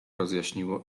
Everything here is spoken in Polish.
rozjaśniło